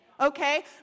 okay